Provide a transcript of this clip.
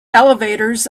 elevators